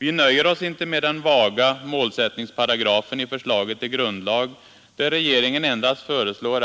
Vi nöjer oss inte med den vaga målsättningsparagrafen i förslaget till grundlag, där regeringen endast föreslår